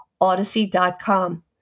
odyssey.com